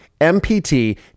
MPT